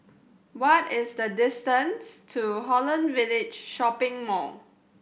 what is the distance to Holland Village Shopping Mall